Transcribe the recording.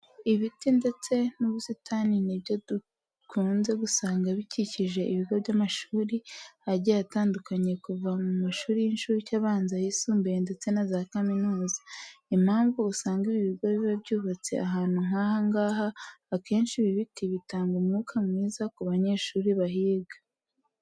Ibiti ndetse n'ubusitani ni byo dukunze gusanga bikikije ibigo by'amashuri agiye atandukanye kuva mu mashuri y'incuke, abanza, ayisumbuye ndetse na za kaminuza. Impamvu usanga ibi bigo biba byubatse ahantu nk'aha ngaha, akenshi ibi biti bitanga umwuka mwiza ku banyeshuri bahiga.